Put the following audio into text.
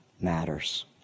matters